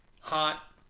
hot